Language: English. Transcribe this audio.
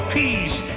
peace